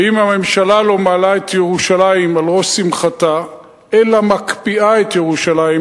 ואם הממשלה לא מעלה את ירושלים על ראש שמחתה אלא מקפיאה את ירושלים,